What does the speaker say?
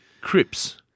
Crips